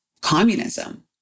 communism